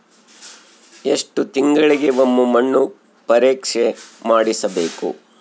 ಎಷ್ಟು ತಿಂಗಳಿಗೆ ಒಮ್ಮೆ ಮಣ್ಣು ಪರೇಕ್ಷೆ ಮಾಡಿಸಬೇಕು?